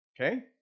Okay